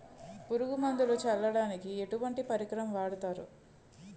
పురుగు మందులు చల్లడానికి ఎటువంటి పరికరం వాడతారు?